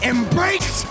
Embrace